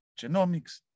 genomics